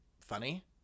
funny